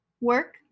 Work